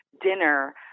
dinner